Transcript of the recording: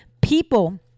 people